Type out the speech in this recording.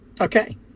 Okay